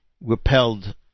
repelled